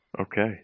Okay